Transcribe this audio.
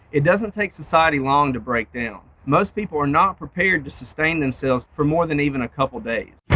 it doesn't take society long to break down most people are not prepared to sustain themselves for more than even a couple days